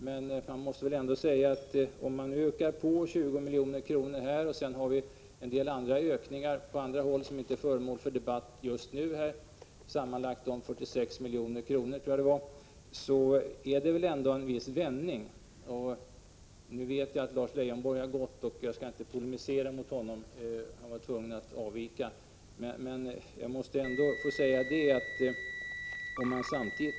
Jag kan väl då göra den kommentaren, att om man ökar på med 20 milj.kr. här och sedan gör ökningar på en del andra avsnitt som inte är föremål för debatt just nu — jag tror att det rör sig om sammanlagt 46 milj.kr. — är det väl ändå fråga om en viss vändning. Lars Leijonborg var tvungen att avvika från kammaren, och jag skall inte polemisera mot honom. Men jag måste ändå få säga några ord i detta sammanhang.